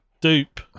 Dupe